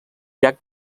llac